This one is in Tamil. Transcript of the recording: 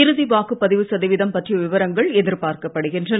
இறுதி வாக்குப்பதிவு சதவிகிதம் பற்றிய விவரங்கள் எதிர்பார்க்கப் படுகின்றன